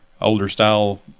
older-style